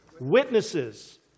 witnesses